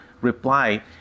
reply